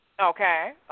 Okay